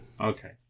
Okay